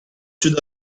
should